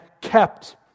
kept